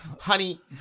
Honey